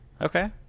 Okay